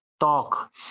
talk